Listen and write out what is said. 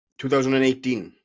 2018